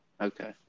Okay